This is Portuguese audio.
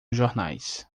jornais